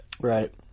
Right